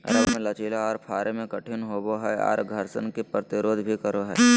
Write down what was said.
rubber मे लचीला आर फाड़े मे कठिन होवो हय आर घर्षण के प्रतिरोध भी करो हय